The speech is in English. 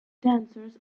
dancers